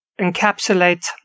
encapsulate